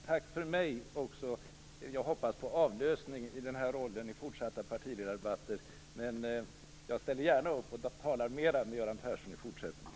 Tack också för mig! Jag hoppas på avlösning i den här rollen i fortsatta partiledardebatter, men jag ställer gärna upp och talar mera med Göran Persson i fortsättningen.